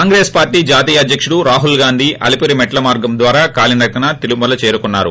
Congress party జాతీయ అధ్యకుడు రాహుల్ గాంధీ అలీపిరి నుంచి మెట్ల మార్గం ద్వారా కాలినడకన తిరుమల చేరుకున్నారు